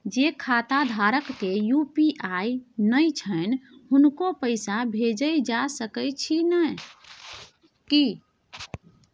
जे खाता धारक के यु.पी.आई नय छैन हुनको पैसा भेजल जा सकै छी कि?